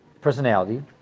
personality